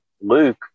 Luke